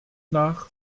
nach